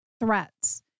threats